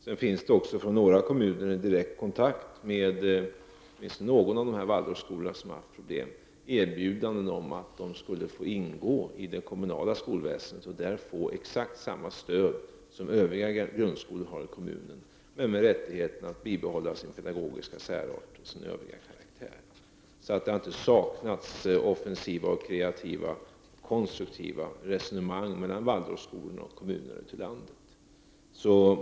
Det finns också från några kommuner i direkt kontakt med åtminstone några av de Waldorfskolor som har haft problem erbjudanden till dessa att de skall få ingå i det kommunala skolväsendet och där få exakt samma stöd som övriga grundskolor i kommunen har, dock med rättighet att bibehålla sin pedagogiska särart och sin övriga karaktär. Det har alltså inte saknats offensiva, kreativa och konstruktiva resonemang mellan Waldorfskolorna och kommunerna ute i landet.